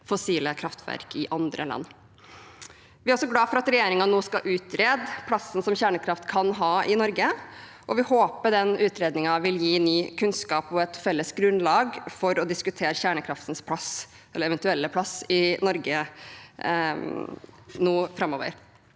fossile kraftverk i andre land. Vi er også glad for at regjeringen nå skal utrede plassen som kjernekraft kan ha i Norge. Vi håper den utredningen vil gi ny kunnskap og et felles grunnlag for å diskutere kjernekraftens plass, eller eventuelle plass, i Norge framover.